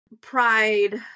pride